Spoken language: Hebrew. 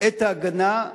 את ההגנה,